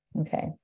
Okay